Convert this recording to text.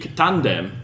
tandem